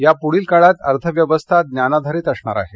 यापूढील काळात अर्थव्यवस्था ज्ञानाधारित असणार आहे